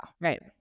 right